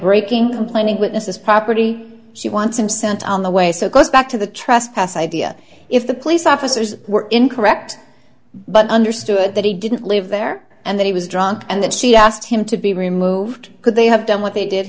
breaking complaining witness property she wants him sent on the way so it goes back to the trespass idea if the police officers were incorrect but understood that he didn't live there and that he was drunk and that she asked him to be removed could they have done what they did